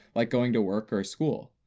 like going to work or school.